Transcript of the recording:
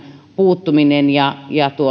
puuttuminen ja ja